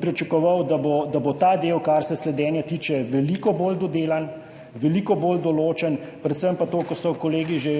Pričakoval bi, da bo ta del, kar se sledenja tiče, veliko bolj dodelan, veliko bolj določen, predvsem pa to, kar so kolegi že